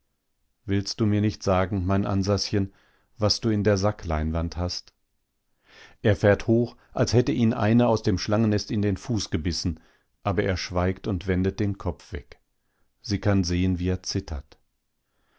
willst du mir nicht sagen mein ansaschen was du in der sackleinwand hast er fährt hoch als hätte ihn eine aus dem schlangennest in den fuß gebissen aber er schweigt und wendet den kopf weg sie kann sehen wie er zittert